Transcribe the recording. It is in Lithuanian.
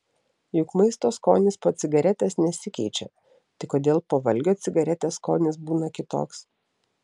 juk maisto skonis po cigaretės nesikeičia tai kodėl po valgio cigaretės skonis būna kitoks